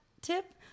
tip